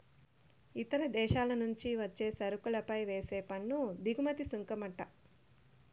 ఇతర దేశాల నుంచి వచ్చే సరుకులపై వేసే పన్ను దిగుమతి సుంకమంట